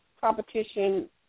competition